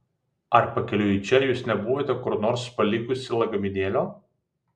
ar pakeliui į čia jūs nebuvote kur nors palikusi lagaminėlio